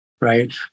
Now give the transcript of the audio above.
right